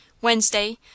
wednesday